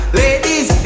ladies